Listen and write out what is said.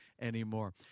anymore